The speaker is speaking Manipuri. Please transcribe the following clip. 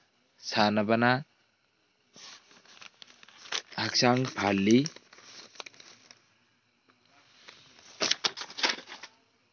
ꯁꯥꯟꯅꯕꯅ ꯍꯛꯆꯥꯡ ꯐꯍꯜꯂꯤ